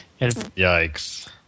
Yikes